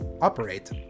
operate